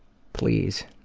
please.